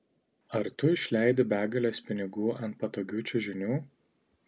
ar tu išleidi begales pinigų ant patogių čiužinių